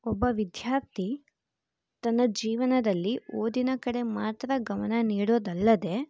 ಒಬ್ಬ ವಿದ್ಯಾರ್ಥಿ ತನ್ನ ಜೀವನದಲ್ಲಿ ಓದಿನ ಕಡೆ ಮಾತ್ರ ಗಮನ ನೀಡೋದಲ್ಲದೆ